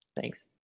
Thanks